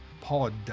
pod